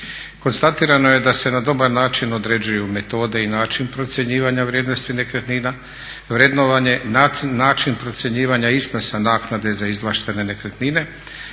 Konstatirano je da se na dobar način određuju metode i način procjenjivanja vrijednosti nekretnina, vrednovanje, način procjenjivanja iznosa naknade za izvlaštene nekretnine,